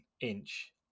inch